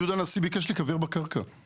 אני